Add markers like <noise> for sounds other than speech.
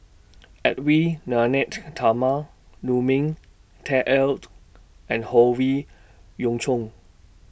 Edwy Lyonet Talma Lu Ming Teh Earl <noise> and Howe Yoon Chong